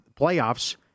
playoffs